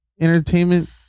Entertainment